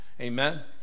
Amen